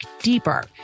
deeper